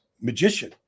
magician